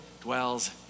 dwells